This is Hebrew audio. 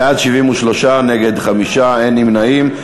בעד, 73, נגד, 5, אין נמנעים.